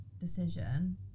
decision